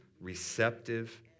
receptive